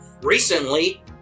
recently